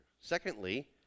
Secondly